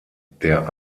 der